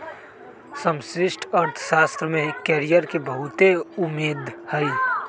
समष्टि अर्थशास्त्र में कैरियर के बहुते उम्मेद हइ